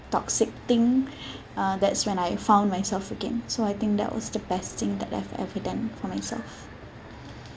toxic thing uh that's when I found myself again so I think that was the best thing that I've ever done for myself